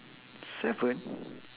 seven